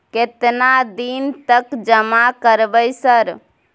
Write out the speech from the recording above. केतना दिन तक जमा करबै सर?